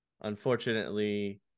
unfortunately